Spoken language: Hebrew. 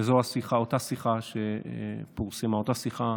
וזו השיחה, אותה שיחה שפורסמה, אותה שיחה